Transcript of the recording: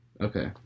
okay